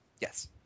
Yes